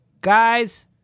guys